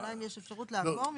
השאלה אם יש אפשרות לעבור מסלול.